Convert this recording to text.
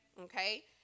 Okay